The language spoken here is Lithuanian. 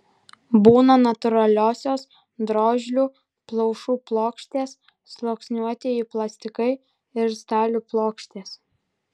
būna natūraliosios drožlių plaušų plokštės sluoksniuotieji plastikai ir stalių plokštės